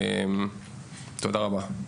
תודה רבה.